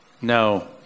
No